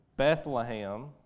Bethlehem